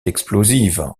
explosive